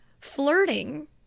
flirting